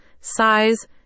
size